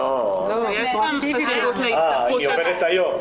אה, היא עובדת היום.